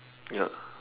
ya